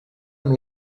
amb